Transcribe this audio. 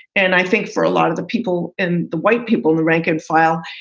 and i think for a lot of the people in the white people, the rank and file,